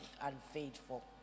unfaithful